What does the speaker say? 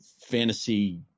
fantasy